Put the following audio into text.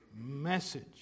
message